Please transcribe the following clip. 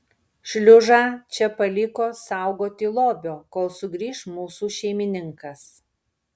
šliužą čia paliko saugoti lobio kol sugrįš mūsų šeimininkas